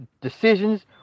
decisions